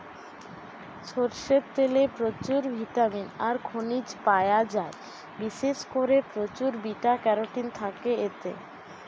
সরষের তেলে প্রচুর ভিটামিন আর খনিজ পায়া যায়, বিশেষ কোরে প্রচুর বিটা ক্যারোটিন থাকে এতে